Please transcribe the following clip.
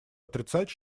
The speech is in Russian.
отрицать